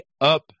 Up